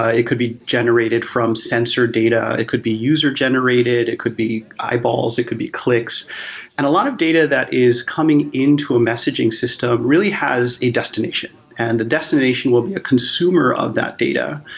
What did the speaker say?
it could be generated from sensor data, it could be user-generated, it could be eyeballs, it could be clicks and a lot of data that is coming into a messaging system really has a destination. and the destination will be a consumer of that data.